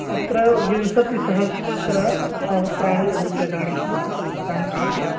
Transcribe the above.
अत्र विंशतिसहस्रं सहस्राणि रूप्यकाणि इदानीं समये